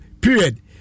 Period